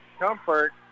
comfort